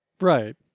Right